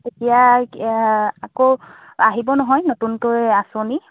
এতিয়া আকৌ আহিব নহয় নতুনকৈ আঁচনি